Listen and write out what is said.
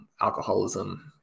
alcoholism